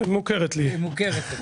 מוכרת לי מוכרת,